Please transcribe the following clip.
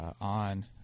on